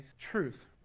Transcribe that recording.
truth